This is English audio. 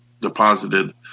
deposited